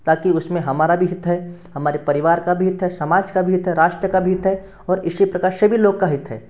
ताकि उसमें हमारा भी हित है हमारे परिवार का भी हित है समाज का भी हित है राष्ट्र का भी हित है और इसी प्रकार सभी लोग का हित है